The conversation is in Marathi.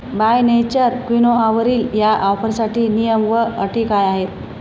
बाय नेचर क्विनोआवरील या आफरसाठी नियम व अटी काय आहेत